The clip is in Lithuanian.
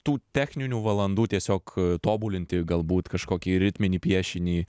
tų techninių valandų tiesiog tobulinti galbūt kažkokį ritminį piešinį